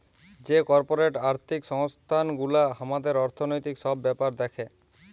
যে কর্পরেট আর্থিক সংস্থান গুলা হামাদের অর্থনৈতিক সব ব্যাপার দ্যাখে